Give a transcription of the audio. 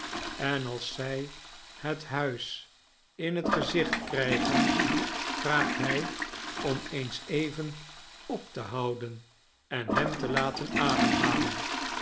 en als zij het huis in het gezicht krijgen vraagt hij om eens even op te houden en hem te laten ademhalen